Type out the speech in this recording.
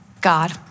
God